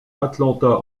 atlanta